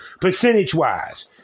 percentage-wise